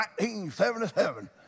1977